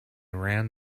ran